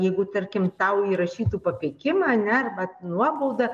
jeigu tarkim tau įrašytų papeikimą ar ne arba nuobaudą